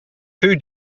two